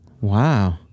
Wow